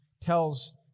tells